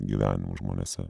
gyvenimo žmonėse